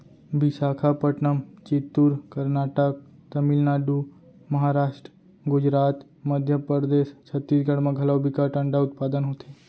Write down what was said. बिसाखापटनम, चित्तूर, करनाटक, तमिलनाडु, महारास्ट, गुजरात, मध्य परदेस, छत्तीसगढ़ म घलौ बिकट अंडा उत्पादन होथे